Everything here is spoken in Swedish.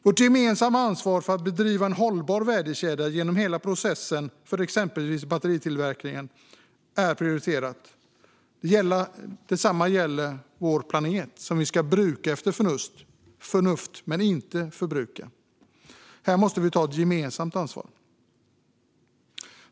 Vårt gemensamma ansvar för en hållbar värdekedja genom hela processen för exempelvis batteritillverkningen är prioriterat. Detsamma gäller vår planet, som vi ska bruka efter förnuft men inte förbruka. Här måste vi ta ett gemensamt ansvar.